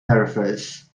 nervous